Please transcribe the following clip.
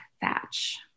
Thatch